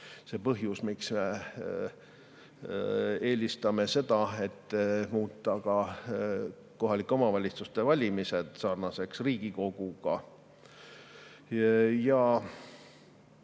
ongi põhjus, miks eelistame seda, et muuta kohalike omavalitsuste valimised sarnaseks Riigikogu